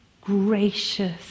gracious